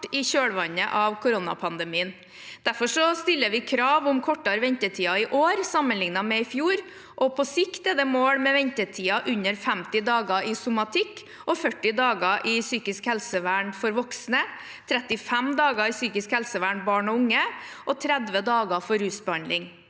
i kjølvannet av koronapandemien. Derfor stiller vi krav om kortere ventetider i år sammenlignet med i fjor. På sikt er det et mål med ventetider under 50 dager innen somatikk, 40 dager innen psykisk helsevern for voksne, 35 dager innen psykisk helsevern for barn og unge og 30 dager for rusbehandling.